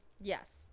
Yes